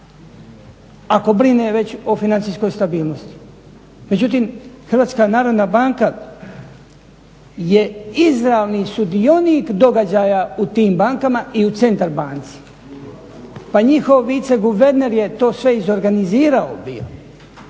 ako brine već o financijskoj stabilnosti? Međutim, HNB je izravni sudionik događaja u tim bankama i u Centar banci pa njihov viceguverner je to sve izorganizirao bio